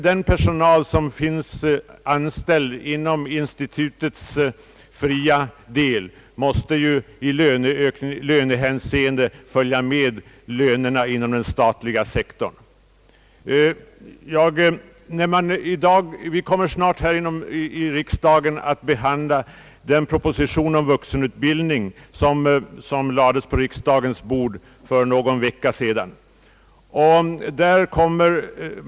Den personal som är anställd inom institutets fria del måste ju i lönehänseende följa med lönesättningen inom den statliga sektorn. Vi kommer snart här i riksdagen att behandla den proposition om vuxenutbildning, som för någon vecka sedan lades på kammarens bord.